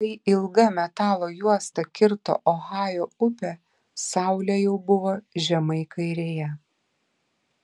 kai ilga metalo juosta kirto ohajo upę saulė jau buvo žemai kairėje